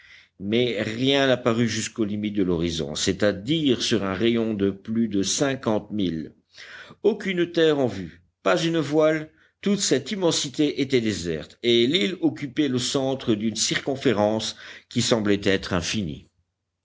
mais rien n'apparut jusqu'aux limites de l'horizon c'est-à-dire sur un rayon de plus de cinquante milles aucune terre en vue pas une voile toute cette immensité était déserte et l'île occupait le centre d'une circonférence qui semblait être infinie